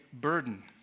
burden